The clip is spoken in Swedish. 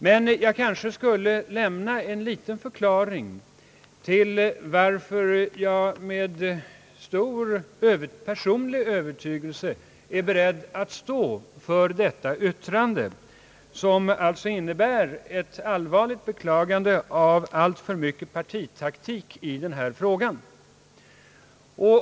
Men jag skulle kanske lämna en liten förklaring till varför jag med personlig övertygelse är beredd att stå för detta yttrande, som alltså innebär ett allvarligt beklagande av att det förts in alltför mycket partitaktik i denna fråga.